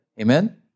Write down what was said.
Amen